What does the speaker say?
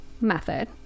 method